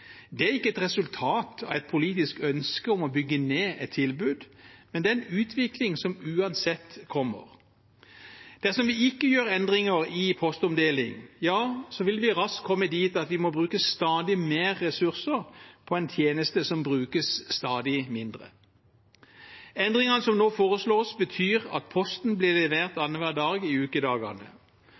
Det er ikke et resultat av et politisk ønske om å bygge ned et tilbud, men det er en utvikling som uansett kommer. Dersom vi ikke gjør endringer i postomdeling, vil vi raskt komme dit at vi må bruke stadig mer ressurser på en tjeneste som brukes stadig mindre. Endringene som nå foreslås, betyr at posten blir levert annenhver dag i ukedagene.